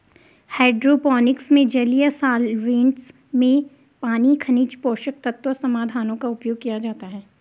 hydroponics में जलीय solvents में पानी खनिज पोषक तत्व समाधानों का उपयोग किया जाता है